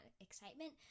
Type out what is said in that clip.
excitement